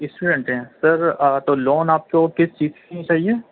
student ہیں sir تو loan آپ کو کس چیز کے لیے چاہیے